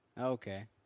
Okay